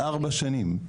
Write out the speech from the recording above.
ארבע שנים,